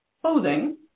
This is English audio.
clothing